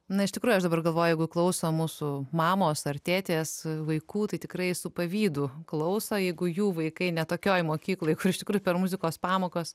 na iš tikrųjų aš dabar galvoju jeigu klauso mūsų mamos ar tėtės vaikų tai tikrai su pavydu klauso jeigu jų vaikai ne tokioj mokykloj kuri iš tikrųjų per muzikos pamokas